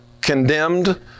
condemned